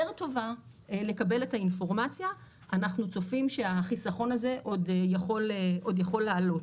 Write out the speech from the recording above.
טובה לקבל את האינפורמציה אנחנו צופים שהחיסכון הזה עוד יכול לעלות.